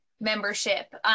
membership